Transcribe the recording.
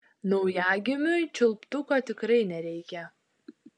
naujagimiui čiulptuko tikrai nereikia